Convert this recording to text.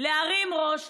להרים ראש,